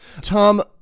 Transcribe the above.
Tom